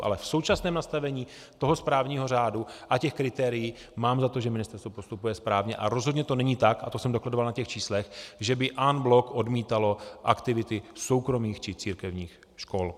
Ale v současném nastavení správního řádu a těch kritérií mám za to, že ministerstvo postupuje správně, a rozhodně to není tak a to jsem dokladoval na těch číslech , že by en bloc odmítalo aktivity soukromých či církevních škol.